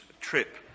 trip